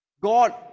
God